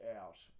out